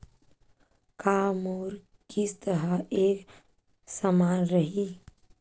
का मोर किस्त ह एक समान रही?